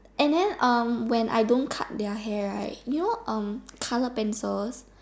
and then um when I don't cut their hair right you know um color pencils